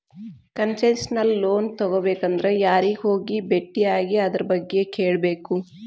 Concessional loan ತಗೊಬೇಕಂದ್ರ ಯಾರಿಗೆ ಹೋಗಿ ಬೆಟ್ಟಿಯಾಗಿ ಅದರ್ಬಗ್ಗೆ ಕೇಳ್ಬೇಕು?